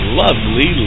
lovely